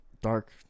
dark